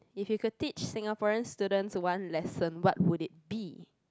if you could teach Singaporean students one lesson what would it be